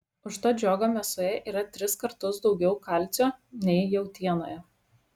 užtat žiogo mėsoje yra tris kartus daugiau kalcio nei jautienoje